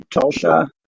Tulsa